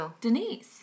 Denise